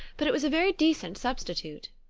but it was a very decent substitute.